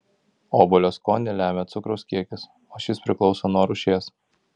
obuolio skonį lemia cukraus kiekis o šis priklauso nuo rūšies